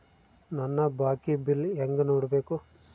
ನನ್ನ ಬಾಕಿ ಬಿಲ್ ಹೆಂಗ ನೋಡ್ಬೇಕು?